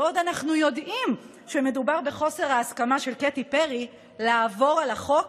בעוד אנחנו יודעים שמדובר בחוסר ההסכמה של קטי פרי לעבור על החוק